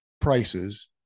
prices